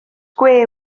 gwe